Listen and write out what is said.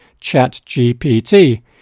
ChatGPT